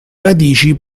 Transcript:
radici